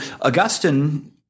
Augustine